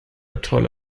tolle